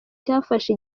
cyafashe